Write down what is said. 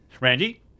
Randy